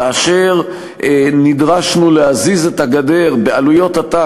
כאשר נדרשנו להזיז את הגדר בעלויות עתק